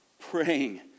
Praying